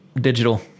Digital